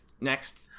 next